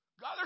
God